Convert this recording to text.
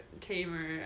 tamer